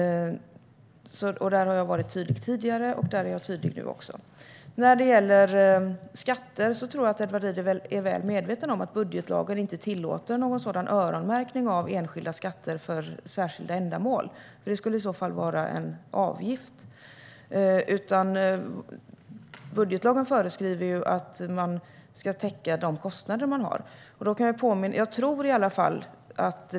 Där har jag varit tydlig tidigare, och där är jag tydlig nu också. När det gäller skatter tror jag att Edward Riedl är väl medveten om att budgetlagen inte tillåter någon öronmärkning av enskilda skatter för särskilda ändamål, för det skulle i så fall vara en avgift, utan budgetlagen föreskriver att man ska täcka de kostnader man har.